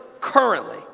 currently